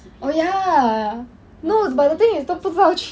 oh ya no but the thing is 都不知道去得了吗